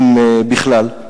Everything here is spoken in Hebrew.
אם בכלל.